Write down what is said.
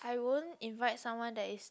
I won't invite someone that is